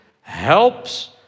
helps